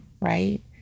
right